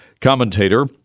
commentator